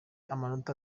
amanota